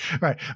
Right